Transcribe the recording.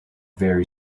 very